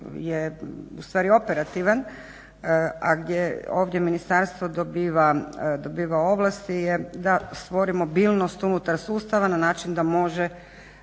ustvari operativan, a gdje ovdje Ministarstvo dobiva ovlasti, je da stvori mobilnost unutar sustava na način da može